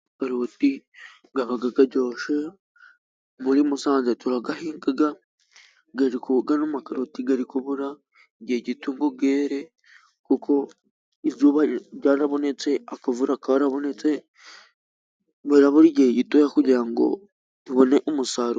Karoti zizaba ziryoshye. Muri Musanze turazihinga .Ariko karoti zirimo kubura igihe gito ngo zere, kuko izuba ryarabonetse ,akavura karabonetse. Barabura igihe gitoya kugira ngo tubone umusaruro.